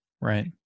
right